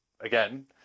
again